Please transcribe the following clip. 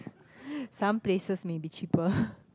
some places may be cheaper